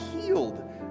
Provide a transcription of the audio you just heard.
healed